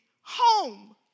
home